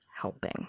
helping